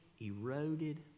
eroded